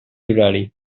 horari